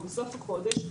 בסוף החודש,